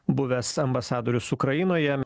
buvęs ambasadorius ukrainoje